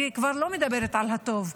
אני כבר לא מדברת על הטוב.